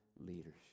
leadership